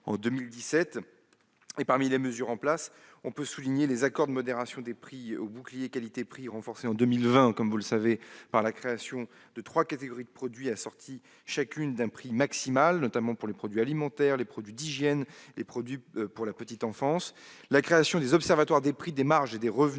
en 2017. Parmi les mesures en place, on peut souligner les accords de modération des prix, ou « bouclier qualité-prix », renforcé en 2020 par la création de trois catégories de produits assorties chacune d'un prix maximal, notamment pour les produits alimentaires, les produits d'hygiène et les produits pour la petite enfance. On peut également souligner la création des observatoires des prix, des marges et des revenus,